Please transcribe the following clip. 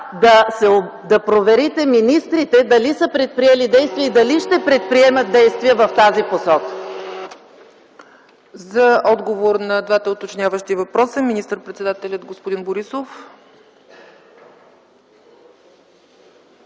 да проверите министрите дали са предприели действия и дали ще предприемат действия в тази посока?